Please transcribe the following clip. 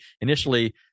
initially